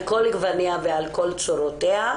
על כל גווניה ועל כל צורותיה,